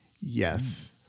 Yes